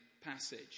passage